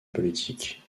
politique